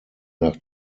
nach